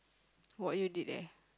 what you did there